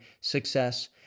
success